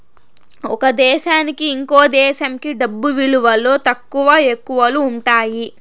ఒక దేశానికి ఇంకో దేశంకి డబ్బు విలువలో తక్కువ, ఎక్కువలు ఉంటాయి